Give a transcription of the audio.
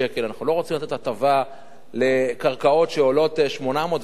אנחנו לא רוצים לתת הטבה לקרקעות שעולות 800,000 ו-700,000,